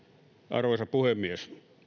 arvoisa puhemies